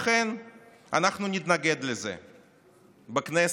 לכן אנחנו נתנגד לזה בכנסת,